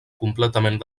completament